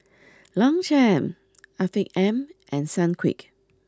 Longchamp Afiq M and Sunquick